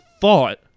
thought